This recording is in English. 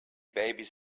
babies